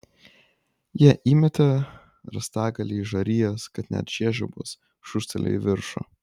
jie įmetė rąstagalį į žarijas kad net žiežirbos šūstelėjo į viršų